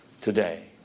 today